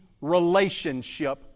relationship